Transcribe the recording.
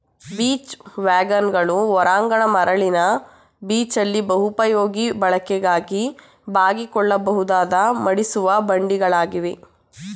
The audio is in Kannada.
ಬೀಚ್ ವ್ಯಾಗನ್ಗಳು ಹೊರಾಂಗಣ ಮರಳಿನ ಬೀಚಲ್ಲಿ ಬಹುಪಯೋಗಿ ಬಳಕೆಗಾಗಿ ಬಾಗಿಕೊಳ್ಳಬಹುದಾದ ಮಡಿಸುವ ಬಂಡಿಗಳಾಗಿವೆ